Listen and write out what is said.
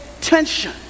tension